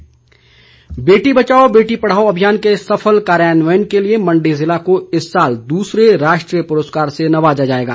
पुरस्कार बेटी बचाओ बेटी पढ़ाओ अभियान के सफल कार्यान्वयन के लिए मंडी जिले को इस साल दूसरे राष्ट्रीय पुरस्कार से नवाजा जाएगा